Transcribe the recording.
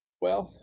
well,